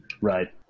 Right